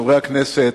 חברי הכנסת,